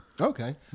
Okay